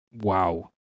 wow